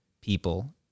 people